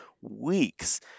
weeks